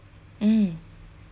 mm